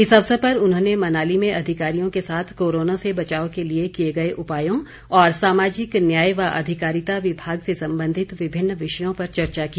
इस अवसर पर उन्होंने मनाली में अधिकारियों के साथ कोरोना से बचाव के लिए किए गए उपायों और सामाजिक न्याय व अधिकारिता विभाग से संबंधित विभिन्न विषयों पर चर्चा की